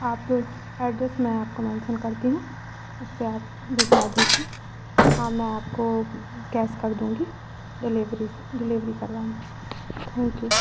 आप एड्रेस मैं आपको मेंसन करती हूँ उस पर आप भिजवा दीजिए हाँ मैं आपको कैस कर दूँगी डलेवरी से डिलेवरी करवा दीजिए थैंक यू